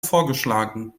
vorgeschlagen